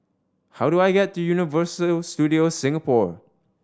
how do I get to Universal Studios Singapore